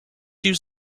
use